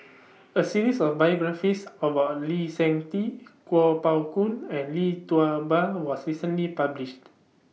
A series of biographies about Lee Seng Tee Kuo Pao Kun and Lee Tua Ba was recently published